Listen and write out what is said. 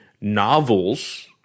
novels